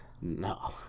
No